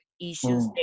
issues